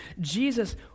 Jesus